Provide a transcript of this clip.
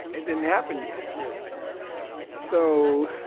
it didn't happen yet. yeah so